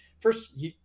first